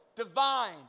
divine